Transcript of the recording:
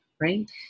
right